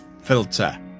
filter